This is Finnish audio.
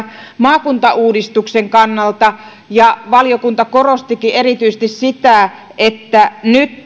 maakuntauudistuksen kannalta ja valiokunta korostikin erityisesti sitä että nyt